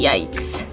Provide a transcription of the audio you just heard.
yikes,